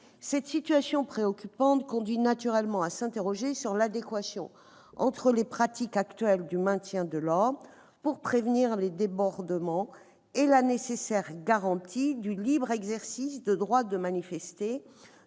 Cette situation préoccupante conduit à s'interroger sur l'adéquation entre les pratiques actuelles du maintien de l'ordre pour prévenir les débordements et la nécessaire garantie du libre exercice du droit de manifester,